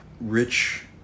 rich